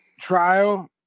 trial